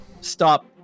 stop